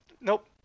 Nope